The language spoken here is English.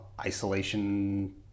isolation